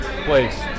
place